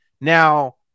now